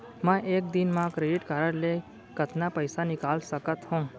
मैं एक दिन म क्रेडिट कारड से कतना पइसा निकाल सकत हो?